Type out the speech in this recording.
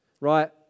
right